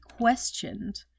questioned